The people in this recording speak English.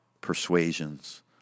persuasions